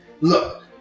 Look